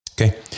Okay